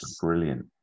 brilliant